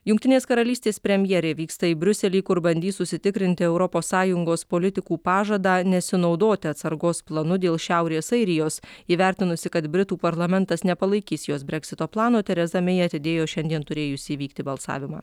jungtinės karalystės premjerė vyksta į briuselį kur bandys užsitikrinti europos sąjungos politikų pažadą nesinaudoti atsargos planu dėl šiaurės airijos įvertinusi kad britų parlamentas nepalaikys jos breksito plano tereza mey atidėjo šiandien turėjusį įvykti balsavimą